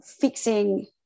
fixing